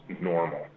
normal